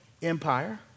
Empire